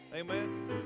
Amen